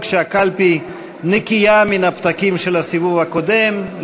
שהקלפי נקייה מהפתקים של הסיבוב הקודם,